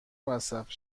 مصرف